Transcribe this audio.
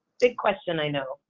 big question, i know,